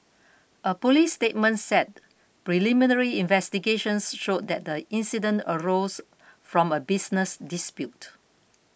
a police statement said preliminary investigations showed that the incident arose from a business dispute